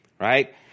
right